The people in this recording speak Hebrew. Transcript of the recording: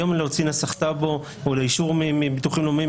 היום להוציא נסח טאבו או אישור מביטוח לאומי,